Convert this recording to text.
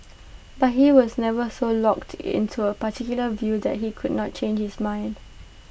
but he was never so locked in to A particular view that he could not change his mind